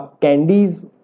candies